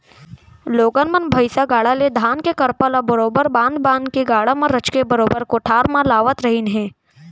लोगन मन भईसा गाड़ा ले धान के करपा ल बरोबर बांध बांध के गाड़ा म रचके बरोबर कोठार म लावत रहिन हें